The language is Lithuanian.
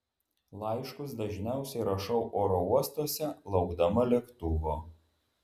laiškus dažniausiai rašau oro uostuose laukdama lėktuvo